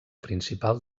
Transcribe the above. principal